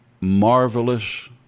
marvelous